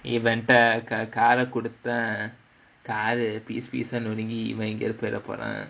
இவன்ட்ட:ivantta car குடுத்தா:kuduthaa car piece piece ah நொறுங்கி இவன் எங்கயாது போயர போறான்:norungi ivan engayaathu poyara poraan